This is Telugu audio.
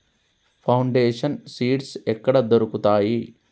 ఫౌండేషన్ సీడ్స్ ఎక్కడ దొరుకుతాయి?